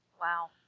Wow